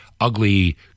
ugly